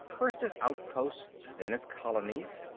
first as outposts, then as colonies.